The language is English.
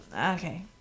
okay